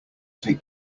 take